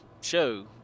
show